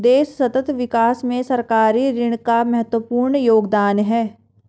देश सतत विकास में सरकारी ऋण का महत्वपूर्ण योगदान है